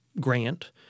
grant